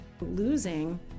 Losing